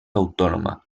autònoma